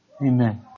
Amen